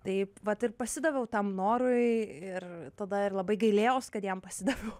taip vat ir pasidaviau tam norui ir tada ir labai gailėjaus kad jam pasidaviau